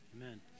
amen